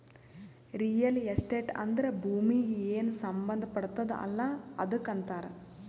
real estate ಅಂದ್ರ ಭೂಮೀಗಿ ಏನ್ ಸಂಬಂಧ ಪಡ್ತುದ್ ಅಲ್ಲಾ ಅದಕ್ ಅಂತಾರ್